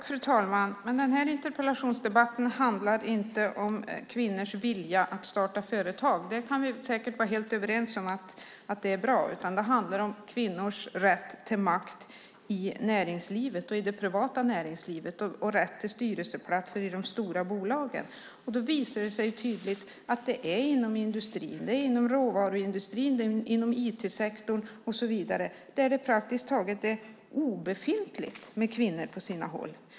Fru talman! Men den här interpellationsdebatten handlar inte om kvinnors vilja att starta företag - vi kan säkert vara helt överens om att det är bra - utan den handlar om kvinnors rätt till makt i näringslivet, i det privata näringslivet, och rätt till styrelseplatser i de stora bolagen. Det visar sig tydligt att det inom industrin, inom råvaruindustrin, inom IT-sektorn och så vidare praktiskt taget är obefintligt med kvinnor på sina håll.